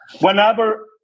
whenever